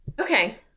Okay